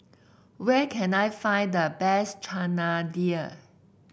where can I find the best Chana Dal